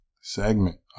segment